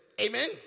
Amen